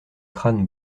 crâne